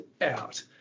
out